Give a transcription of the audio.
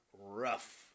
rough